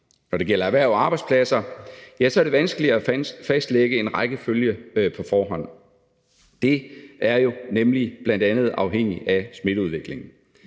Når det gælder erhverv og arbejdspladser, er det vanskeligt at fastlægge en rækkefølge på forhånd; det er jo netop bl.a. afhængig af smitteudviklingen.